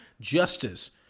justice